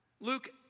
Luke